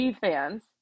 fans